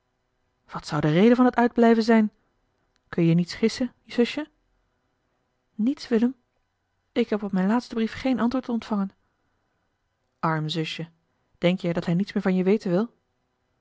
wat zou de reden van dat uitblijven zijn kun je niets gissen zusje niets willem ik heb op mijn laatsten brief geen antwoord ontvangen arm zusje denk je dat hij niets meer van je weten wil